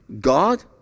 God